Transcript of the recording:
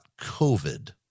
COVID